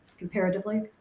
comparatively